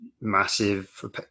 massive